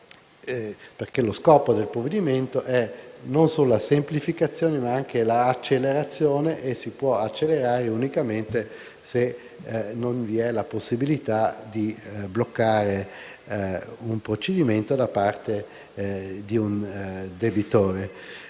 Lo scopo del provvedimento non è solo la semplificazione, ma anche l'accelerazione. E si può accelerare unicamente se non vi è la possibilità di bloccare un procedimento da parte di un debitore.